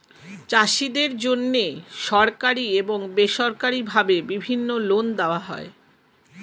চাষীদের জন্যে সরকারি এবং বেসরকারি ভাবে বিভিন্ন লোন দেওয়া হয়